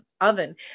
oven